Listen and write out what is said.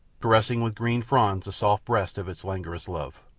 caressing with green fronds the soft breast of its languorous love.